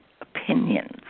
opinions